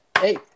Hey